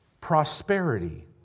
prosperity